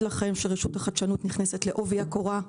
לכם שרשות החדשנות נכנסת לעובי הקורה,